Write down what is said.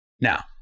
Now